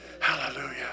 Hallelujah